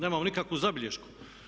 Nemamo nikakvu zabilješku.